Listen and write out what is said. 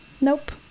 Nope